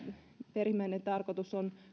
perimmäinen tarkoitus on